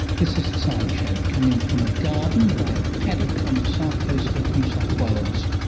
this is the science show, coming from a garden by a paddock on the south coast of new south wales.